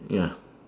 ya